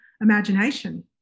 imagination